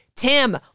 Tim